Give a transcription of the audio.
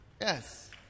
Yes